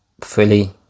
fully